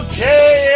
Okay